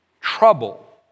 trouble